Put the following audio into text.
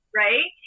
right